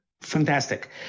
Fantastic